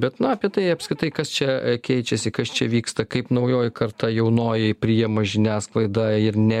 bet na apie tai apskritai kas čia keičiasi kas čia vyksta kaip naujoji karta jaunoji priima žiniasklaidą ir ne